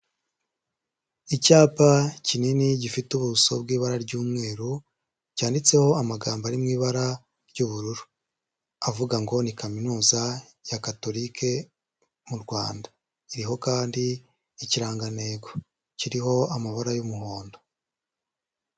Icyapa kinini gifite ubuso bw'ibara ry'umweru, cyanditseho amagambo ari mu ibara ry'ubururu, avuga ngo ni Kaminuza ya Katorike mu Rwanda, kiriho kandi ikirangantego kiriho amabara y'umuhondo.